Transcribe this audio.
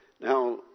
Now